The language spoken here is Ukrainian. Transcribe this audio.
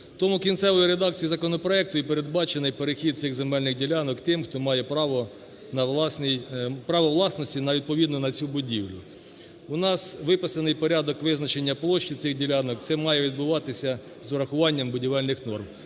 Тому кінцевою редакцією законопроекту і передбачений перехід цих земельних ділянок тим, хто має право на власний, право власності відповідно на цю будівлю. У нас виписаний порядок визначення площі цих ділянок, це має відбуватися з урахуванням будівельних норм.